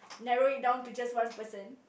narrow it down to just one person